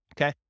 okay